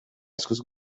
askoz